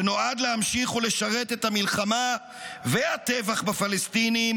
שנועד להמשיך ולשרת את המלחמה והטבח בפלסטינים